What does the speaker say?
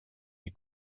des